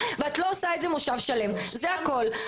החקיקה, ואת לא עושה את זה מושב שלם, זה הכל.